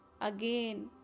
Again